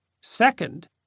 Second